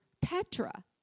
Petra